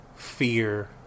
Fear